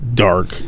Dark